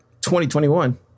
2021